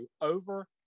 over